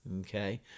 okay